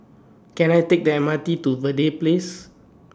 Can I Take The M R T to Verde Place